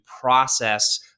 process